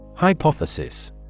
Hypothesis